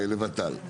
לות"ל.